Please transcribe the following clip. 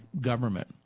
government